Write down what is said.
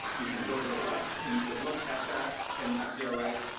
you can go to the left and you can look at that and you can see, alright,